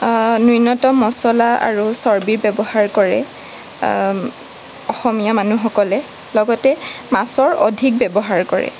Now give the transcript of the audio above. ন্য়ুনতম মছলা আৰু চৰ্বি ব্যৱহাৰ কৰে অসমীয়া মানুহসকলে লগতে মাছৰ অধিক ব্যৱহাৰ কৰে